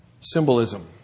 symbolism